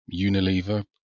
unilever